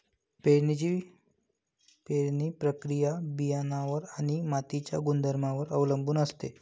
पेरणीची पेरणी प्रक्रिया बियाणांवर आणि मातीच्या गुणधर्मांवर अवलंबून असते